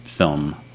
film